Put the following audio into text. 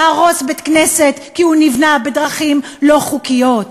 להרוס בית-כנסת כי הוא נבנה בדרכים לא חוקיות.